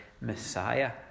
Messiah